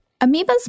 Amoebas